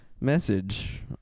message